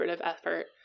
effort